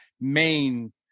main